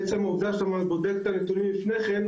עצם העובדה שאתה בודק את הנתונים לפני כן,